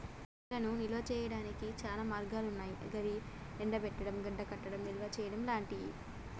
కూరగాయలను నిల్వ చేయనీకి చాలా మార్గాలన్నాయి గవి ఎండబెట్టడం, గడ్డకట్టడం, నిల్వచేయడం లాంటియి